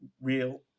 real